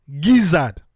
gizzard